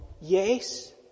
yes